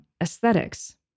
aesthetics